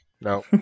No